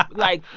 ah like,